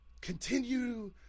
continue